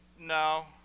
no